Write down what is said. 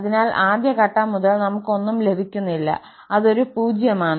അതിനാൽ ആദ്യ ഘട്ടം മുതൽ നമുക് ഒന്നും ലഭിക്കുന്നില്ല അത് ഒരു പൂജ്യമാണ്